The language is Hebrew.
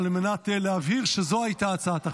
על מנת להבהיר שזו הייתה הצעת החוק.